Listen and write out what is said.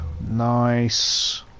Nice